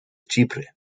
chipre